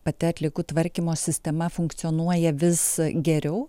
pati atliekų tvarkymo sistema funkcionuoja vis geriau